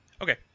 Okay